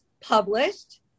published